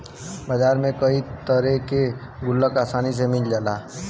बाजार में कई तरे के गुल्लक आसानी से मिल जाला